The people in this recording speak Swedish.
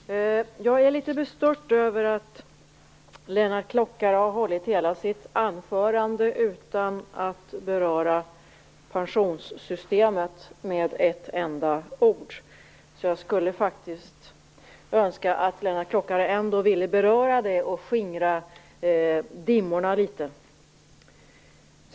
Fru talman! Jag är litet bestört över att Lennart Klockare har hållit hela sitt anförande utan att beröra pensionssystemet med ett enda ord. Jag skulle faktiskt önska att han ville beröra det, och skingra dimmorna litet.